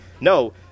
no